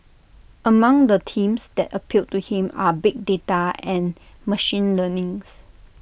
among the themes that appeal to him are big data and machine learnings